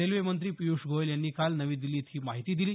railway मंत्री पियूष गोयल यांनी काल नवी दिल्लीत ही माहिती दिली